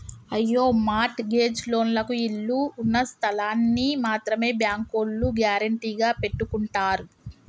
అయ్యో mortgage లోన్లకు ఇళ్ళు ఉన్నస్థలాల్ని మాత్రమే బ్యాంకోల్లు గ్యారెంటీగా పెట్టుకుంటారు